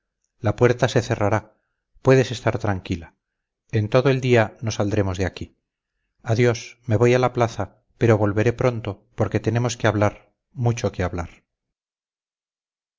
la puerta se cerrará puedes estar tranquila en todo el día no saldremos de aquí adiós me voy a la plaza pero volveré pronto porque tenemos que hablar mucho que hablar